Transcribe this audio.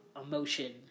emotion